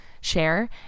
share